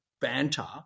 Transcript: banter